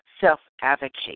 self-advocate